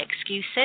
excuses